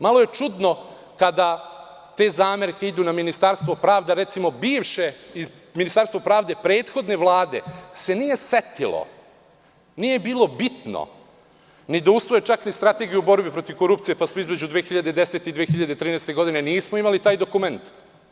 Malo je čudno kada te zamerke idu na Ministarstvo pravde, prethodne Vlade se nije setilo, nije bilo bitno ni da usvoje čak ni Strategiju borbe protiv korupcije, pa smo između 2010. i 2013. godine, nismo imali taj dokument.